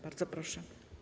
Bardzo proszę.